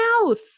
mouth